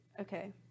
Okay